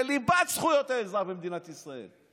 בליבת זכויות האזרח במדינת ישראל,